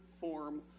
form